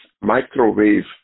microwave